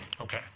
Okay